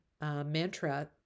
mantra